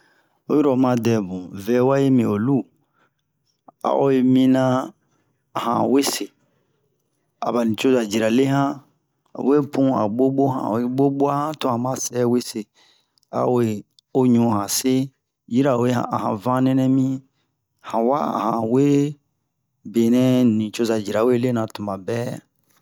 oyiro oma dɛ mu vɛwa yi mi o lu a o yi miniyan a han wese aba nucoza jira le han o we pun a ɓoɓo han oyi ɓoɓo'a han to han ma sɛ wese a we o ɲu han se yirawe a han vanle nɛ mi han wa a han we benɛ nucoza jira we lena tuma bɛ o ɲa mu le